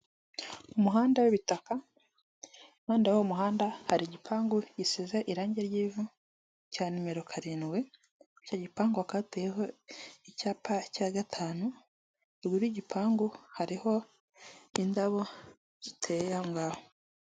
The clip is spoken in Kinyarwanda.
Umuhanda w'ibitaka impande y'uwo muhanda hari aho igipangu gisize irange ry'ivu cya nimero karindwi, icyo gipangu hakaba hateyeho icyapa cya gatanu ruguru y'gipangu hariho indabo ziteye aho ngaho.